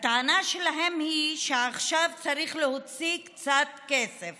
הטענה שלהם היא שעכשיו צריך להוציא קצת כסף